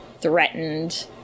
threatened